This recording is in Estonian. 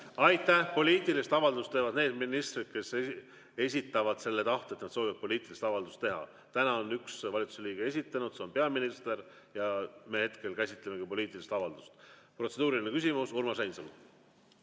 Aitäh! Poliitilise avalduse teevad need ministrid, kes esitavad selle tahte, et nad soovivad poliitilist avaldust teha. Täna on üks valitsuse liige seda esitanud, see on peaminister, ja me hetkel käsitlemegi poliitilist avaldust. Protseduuriline küsimus, Urmas Reinsalu.